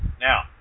Now